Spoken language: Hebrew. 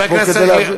אתה פה כדי להבהיר,